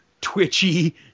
twitchy